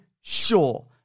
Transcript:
sure